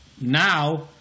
now